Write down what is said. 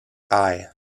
eye